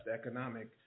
economic